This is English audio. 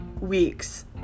weeks